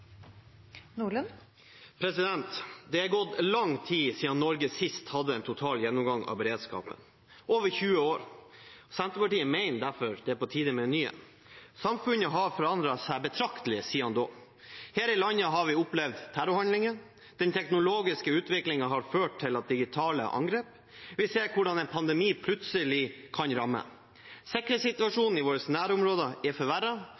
Så Arbeiderpartiet har en broket historie og lite troverdighet når vi snakker om beredskap. Det er gått lang tid siden Norge sist hadde en total gjennomgang av beredskapen – over 20 år. Senterpartiet mener derfor det er på tide med en ny. Samfunnet har forandret seg betraktelig siden da. Her i landet har vi opplevd terrorhandlinger. Den teknologiske utviklingen har ført til digitale angrep. Vi ser hvordan en pandemi plutselig kan